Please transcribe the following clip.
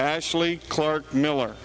actually clark miller